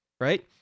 right